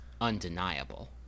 undeniable